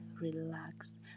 relax